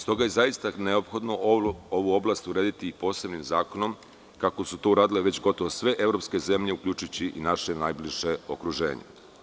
Stoga je zaista neophodno ovu oblast urediti posebnim zakonom, kao što su to uradile već gotovo sve evropske zemlje, uključujući i naše najbliže okruženje.